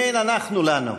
אם אין אנחנו לנו,